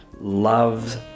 loves